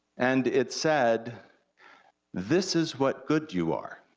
and it said this is what good you are.